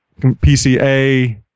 PCA